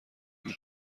هیچ